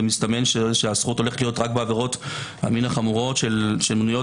מסתמן שהזכות הולכת להיות בעבירות המין החמורות שמנויות